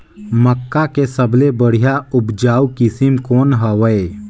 मक्का के सबले बढ़िया उपजाऊ किसम कौन हवय?